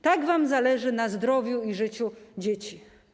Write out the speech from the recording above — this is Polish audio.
Tak wam zależy na zdrowiu i życiu dzieci.